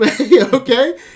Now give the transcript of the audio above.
okay